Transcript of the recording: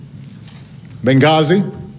Benghazi